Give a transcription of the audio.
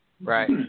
Right